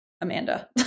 Amanda